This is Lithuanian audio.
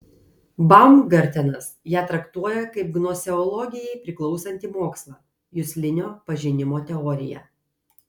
baumgartenas ją traktuoja kaip gnoseologijai priklausantį mokslą juslinio pažinimo teoriją